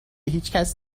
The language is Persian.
هیچکس